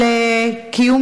אולי דיון